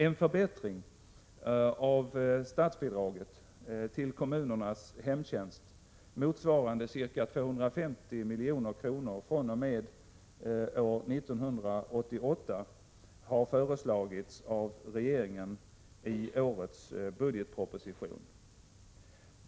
En förbättring av statsbidraget till kommunernas hemhjälp motsvarande ca 250 milj.kr. fr.o.m. år 1988 har föreslagits av regeringen i årets budgetproposition.